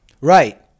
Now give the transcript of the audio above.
Right